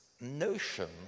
notion